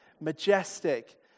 majestic